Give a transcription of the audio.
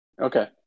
Okay